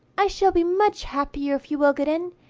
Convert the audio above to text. i shall be much happier if you will get in.